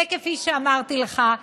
וכפי שאמרתי לך,